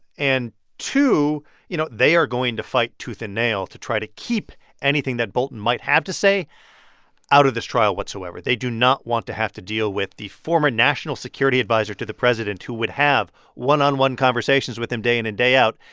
and two you know, they are going to fight tooth and nail to try to keep anything that bolton might have to say out of this trial whatsoever. they do not want to have to deal with the former national security adviser to the president, who would have one-on-one conversations with him day in and day out,